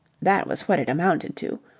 that was what it amounted to.